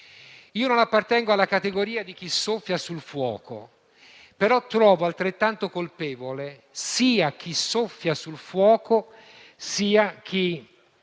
Io non appartengo alla categoria di chi soffia sul fuoco, ma trovo altrettanto colpevole sia chi soffia sul fuoco, sia chi